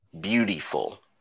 beautiful